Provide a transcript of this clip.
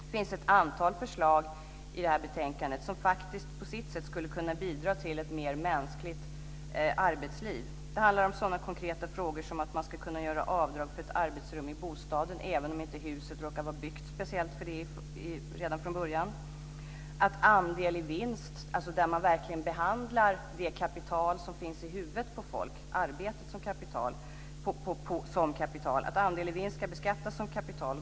Det finns ett antal förslag i det här betänkandet som faktiskt på sitt sätt skulle kunna bidra till ett mer mänskligt arbetsliv. Det handlar om sådana konkreta frågor som att man ska kunna göra avdrag för ett arbetsrum i bostaden, även om huset inte råkar vara byggt speciellt för det redan från början, att andel i vinst - där man verkligen behandlar det kapital som finns i huvudet på folk, arbetet som kapital - ska beskattas som kapital.